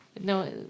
No